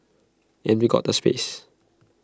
and we've got the space